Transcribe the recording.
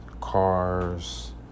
cars